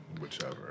whichever